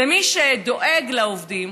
למי שדואג לעובדים,